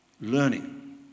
learning